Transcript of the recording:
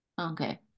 okay